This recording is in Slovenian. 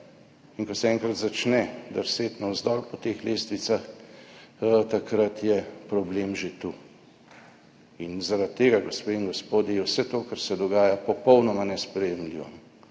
In ko enkrat začne drseti navzdol po teh lestvicah, takrat je problem že tu. Zaradi tega, gospe in gospodje, je vse to, kar se dogaja, popolnoma nesprejemljivo.